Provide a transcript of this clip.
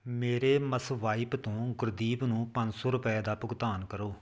ਮੇਰੇ ਮਸਵਾਇਪ ਤੋਂ ਗੁਰਦੀਪ ਨੂੰ ਪੰਜ ਸੌ ਰੁਪਏ ਦਾ ਭੁਗਤਾਨ ਕਰੋ